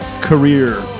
career